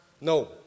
no